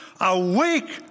Awake